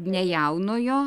ne jaunojo